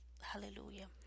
Hallelujah